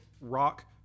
rock